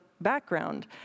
background